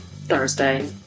thursday